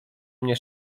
mnie